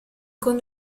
con